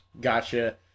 Gotcha